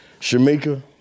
Shamika